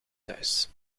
thuis